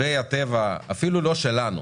לא שלנו